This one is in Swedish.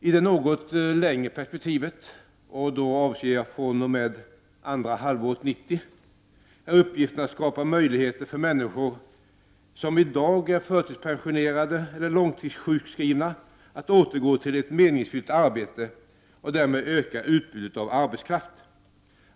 I det något längre perspektivet, och då avser jag från och med andra halvåret 1990, är uppgiften att skapa möjligheter för människor som i dag är förtidspensionerade eller långtidssjukskrivna att återgå till ett meningsfyllt arbete och därmed öka utbudet av arbetskraft.